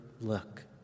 look